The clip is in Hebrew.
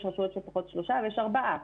יש רשויות שפותחות שלושה ויש ארבעה.